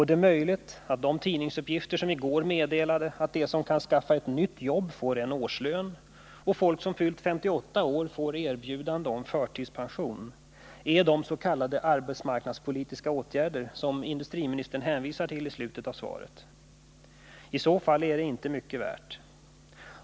Det är möjligt att vad som i tidningsuppgifter i går meddelades om att de som kan skaffa ett nytt jobb får en årslön, och att folk som fyllt 58 år får erbjudande om förtidspension är de s.k. arbetsmarknadspolitiska åtgärder som industriministern hänvisar till i slutet av svaret. I så fall är det inte mycket värt.